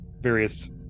various